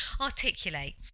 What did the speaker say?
articulate